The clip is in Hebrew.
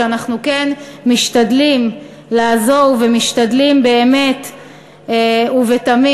אנחנו כן משתדלים לעזור ומשתדלים באמת ובתמים